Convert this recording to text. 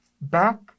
back